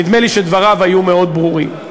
נדמה לי שדבריו היו מאוד ברורים.